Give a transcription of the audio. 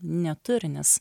neturi nes